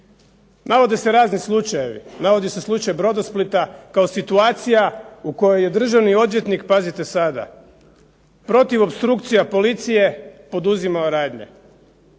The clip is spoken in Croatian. Navode se razni slučajevi, navodi se slučaj Brodosplita kao situacija u kojoj je državni odvjetnik, pazite sada, protiv opstrukcija policije poduzimao radnje.